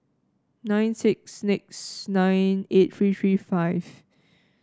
nine six six nine eight three three five